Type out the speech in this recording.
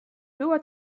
była